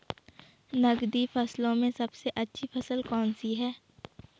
नकदी फसलों में सबसे अच्छी फसल कौन सी है?